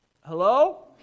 hello